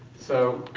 so,